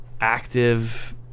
active